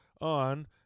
on